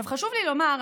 חשוב לי לומר,